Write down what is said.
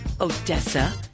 Odessa